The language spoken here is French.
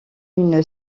une